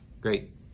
Great